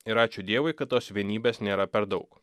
ir ačiū dievui kad tos vienybės nėra per daug